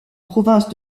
province